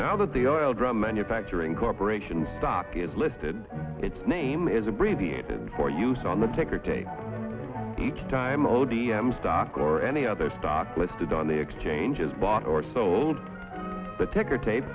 now that the oil drum manufacturing corporation stock is listed its name is abbreviated for use on the ticker tape each time o d m stock or any other stock listed on the exchanges bought or sold but ticker tape